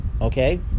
Okay